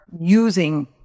using